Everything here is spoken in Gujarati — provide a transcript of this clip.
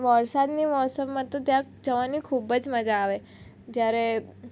વરસાદની મોસમમાં તો ત્યાં જવાની ખૂબ જ મજા આવે જ્યારે